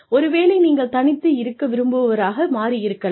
ஒருவேளை நீங்கள் தனித்து இருக்க விரும்புபவராக மாறியிருக்கலாம்